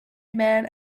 man